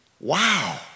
Wow